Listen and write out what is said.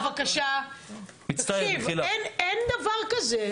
תקשיב, אין דבר כזה.